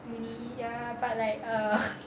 uni ya but like err